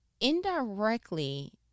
indirectly